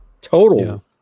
total